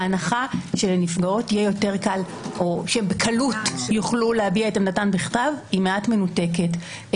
ההנחה שנפגעות בקלות יוכלו להביע עמדתן בכתב היא מעט מנותקת.